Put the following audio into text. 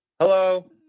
Hello